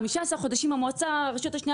במשך 15 חודשים מועצת הרשות השנייה